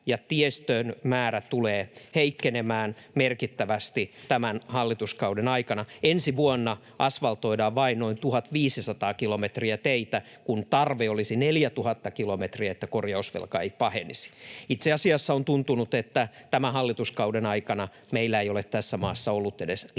tiestön määrä tulee heikkenemään merkittävästi tämän hallituskauden aikana. Ensi vuonna asfaltoidaan vain noin 1 500 kilometriä teitä, kun tarve olisi 4 000 kilometrille, jotta korjausvelka ei pahenisi. Itse asiassa on tuntunut, että tämän hallituskauden aikana meillä ei ole tässä maassa edes ollut